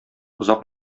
озак